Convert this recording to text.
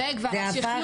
זה הפך לסוג של ספסור.